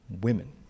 Women